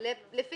לא לשאלה,